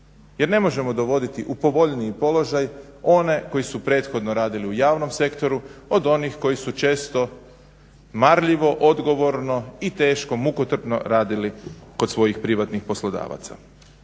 Jer ne možemo dovoditi u povoljniji položaj one koji su prethodno radili u javnom sektoru od onih koji su često marljivo, odgovorno, teško, mukotrpno radili kod svojih privatnih poslodavaca.